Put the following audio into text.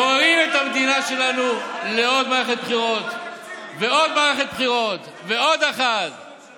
גוררים את המדינה שלנו לעוד מערכת בחירות ועוד מערכת בחירות ועוד אחת.